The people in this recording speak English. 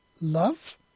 Love